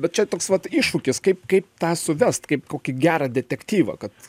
vat čia toks vat iššūkis kaip kaip tą suvest kaip kokį gerą detektyvą kad